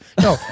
No